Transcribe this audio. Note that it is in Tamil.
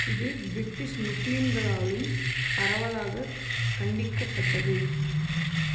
இது பிரிட்டிஷ் முஸ்லிம்களாலும் பரவலாகக் கண்டிக்கப்பட்டது